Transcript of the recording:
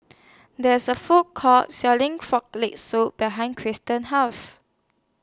There IS A Food Court Selling Frog Leg Soup behind Christian's House